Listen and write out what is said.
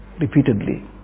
repeatedly